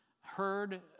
heard